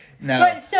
No